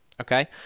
Okay